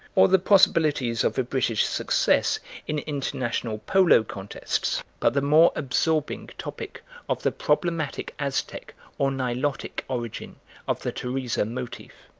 or the possibilities of a british success in international polo contests, but the more absorbing topic of the problematic aztec or nilotic origin of the teresa motiv.